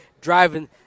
driving